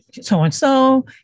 so-and-so